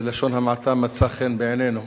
בלשון המעטה, מצא חן בעינינו.